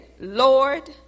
Lord